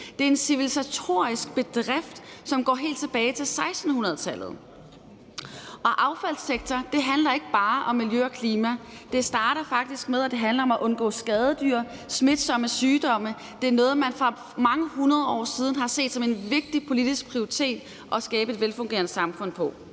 Det er en civilisatorisk bedrift, som går helt tilbage til 1600-tallet. Affaldssektoren handler ikke bare om miljø og klima. Det startede faktisk med at handle om at undgå skadedyr og smitsomme sygdomme. Det er noget, man for mange hundrede år siden har set som en vigtig politisk prioritet i forhold til at skabe et velfungerende samfund.